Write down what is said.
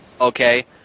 Okay